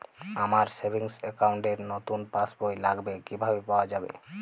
আমার savings account র নতুন পাসবই লাগবে, কিভাবে পাওয়া যাবে?